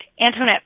Antoinette